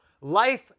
life